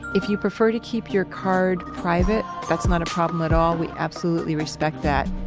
if you prefer to keep your card private, that's not a problem at all. we absolutely respect that.